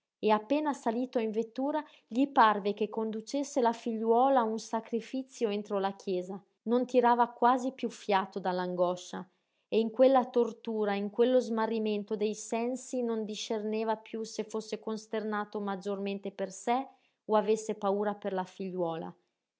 e appena salito in vettura gli parve che conducesse la figliuola a un sacrifizio entro la chiesa non tirava quasi piú fiato dall'angoscia e in quella tortura e in quello smarrimento dei sensi non discerneva piú se fosse costernato maggiormente per sé o avesse paura per la figliuola